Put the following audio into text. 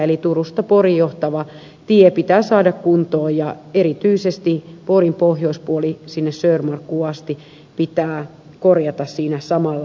eli turusta poriin johtava tie pitää saada kuntoon ja erityisesti porin pohjoispuoli sinne söörmarkkuun asti pitää korjata siinä samalla kertaa